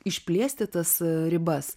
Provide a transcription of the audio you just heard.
išplėsti tas ribas